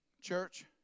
Church